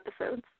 episodes